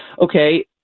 okay